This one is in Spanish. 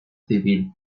civil